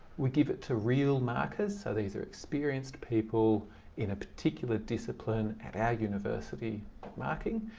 we give it to real markers. so these are experienced people in a particular discipline at our university marking.